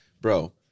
Bro